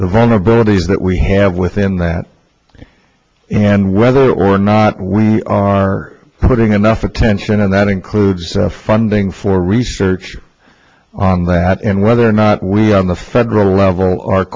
the vulnerabilities that we have within that and whether or not we are putting enough attention and that includes funding for research on that and whether or not we are on the federal level are